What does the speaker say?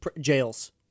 jails